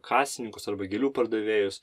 kasininkus arba gėlių pardavėjus